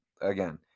again